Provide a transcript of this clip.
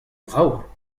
vrav